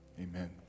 amen